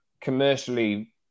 commercially